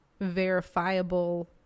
verifiable